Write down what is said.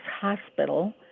hospital